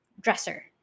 dresser